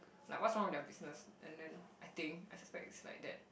like what's wrong with their business and then I think I suspect is like that